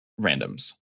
randoms